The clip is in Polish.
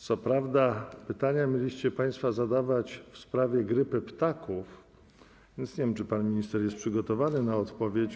Co prawda pytanie mieliście państwo zadawać w sprawie grypy ptaków, więc nie wiem, czy pan minister jest przygotowany na odpowiedź.